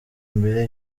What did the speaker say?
imbere